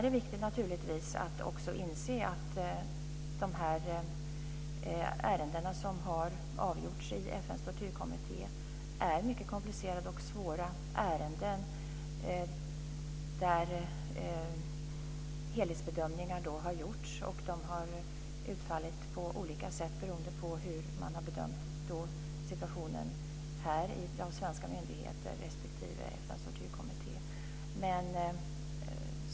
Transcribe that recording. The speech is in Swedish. Det naturligtvis också viktigt att inse att de ärenden som har avgjorts i FN:s tortyrkommitté är mycket komplicerade och svåra. Det har gjorts helhetsbedömningar som har utfallit på olika sätt beroende på hur man har uppfattat situationen här vid de svenska myndigheterna respektive i FN:s tortyrkommitté.